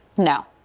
No